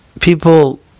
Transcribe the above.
People